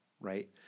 right